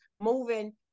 moving